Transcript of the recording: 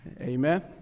Amen